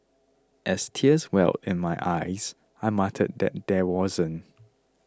as tears welled in my eyes I muttered that there wasn't